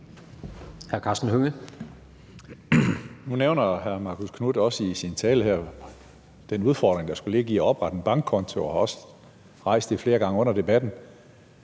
Nu nævner hr. Marcus Knuth også i sin tale her den udfordring, der skulle ligge i at oprette en bankkonto, og har også rejst det flere gange under debatten.